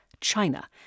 China